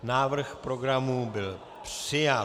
Návrh programu byl přijat.